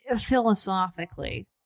philosophically